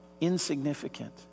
insignificant